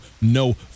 no